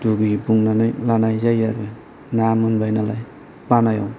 दुगि बुंनानै लानाय जायो आरो ना मोनबाय नालाय बानायाव